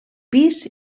pis